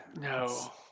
no